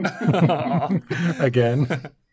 Again